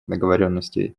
договоренностей